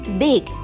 big